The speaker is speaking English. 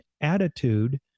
attitude